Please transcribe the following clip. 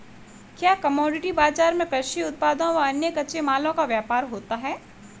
क्या कमोडिटी बाजार में कृषि उत्पादों व अन्य कच्चे मालों का व्यापार होता है?